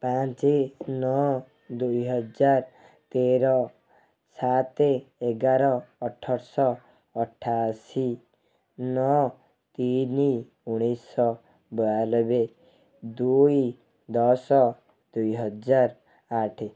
ପାଞ୍ଚ ନଅ ଦୁଇହଜାର ତେର ସାତ ଏଗାର ଅଠରଶହ ଅଠାଅଶୀ ନଅ ତିନି ଉଣେଇଶହ ବୟାନବେ ଦୁଇ ଦଶ ଦୁଇହଜାର ଆଠ